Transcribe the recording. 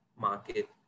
market